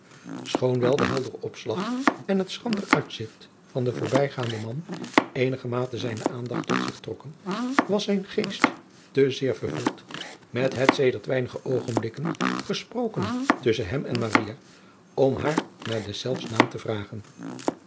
schoon wel de heldere opslag en het schrander uitzigt van den voorbijgaanden man eenigermate zijne aandacht tot zich trokken was zijn geest te zeer vervuld met het sedert weinige oogenblikken gesprokene tusschen hem en maria om haar naar deszelfs naam te vragen